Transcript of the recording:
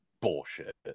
bullshit